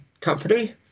company